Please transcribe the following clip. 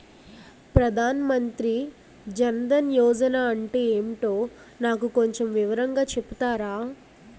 ప్రధాన్ మంత్రి జన్ దన్ యోజన అంటే ఏంటో నాకు కొంచెం వివరంగా చెపుతారా?